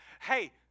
Hey